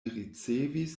ricevis